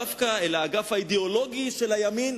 דווקא אל האגף האידיאולוגי של הימין,